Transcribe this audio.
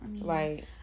right